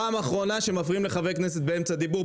פעם אחרונה שמפריעים לחברי כנסת באמצע דבריהם,